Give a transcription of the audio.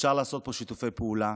אפשר לעשות פה שיתופי פעולה,